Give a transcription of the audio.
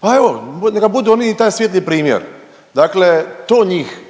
pa evo neka budu oni i taj svijetli primjer. Dakle, to njih,